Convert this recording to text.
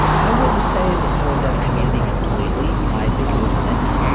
i wouldn't say the core dev community completely. i think it was mixed.